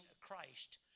Christ